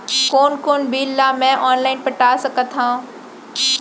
कोन कोन बिल ला मैं ऑनलाइन पटा सकत हव?